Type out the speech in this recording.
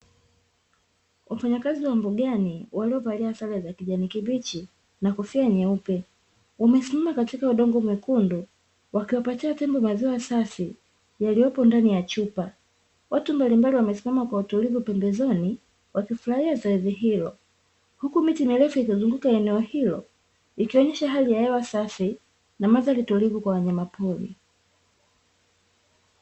Wafanyakazi wa mbugani, walio valia sare za kijani kibichi na kofia nyeupe, wamesimama katika udongo mwekundu wakiwapatia tembo maziwa safi yaliyopo ndani ya chupa. Watu mbalimbali wamesimama kwa utulivu pembezoni wakifurahia zoezi hilo, huku miti mirefu ikizunguka eneo hilo na kuonyesha hali ya hewa safi pamoja na mandhari tulivu kwa wanyama pori.